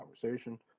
conversation